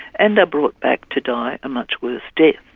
and are brought back to die a much worse death.